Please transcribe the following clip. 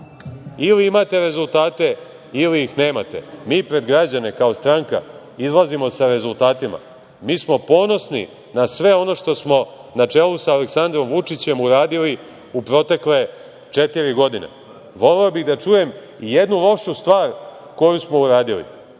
Ili imate rezultate ili ih nemate. Mi pred građane kao stranka izlazimo sa rezultatima. Mi smo ponosni na sve ono što smo na čelu sa Aleksandrom Vučićem uradili u protekle četiri godine. Voleo bih da čujem i jednu lošu stvari koju smo uradili.